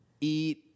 eat